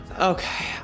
okay